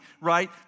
right